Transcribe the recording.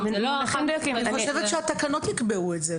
אני חושבת שהתקנות יקבעו את זה.